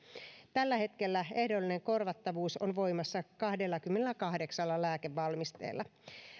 tällä hetkellä ehdollinen korvattavuus on voimassa kahdellakymmenelläkahdeksalla lääkevalmisteella